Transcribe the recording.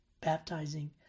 baptizing